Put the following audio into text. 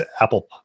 Apple